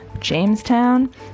Jamestown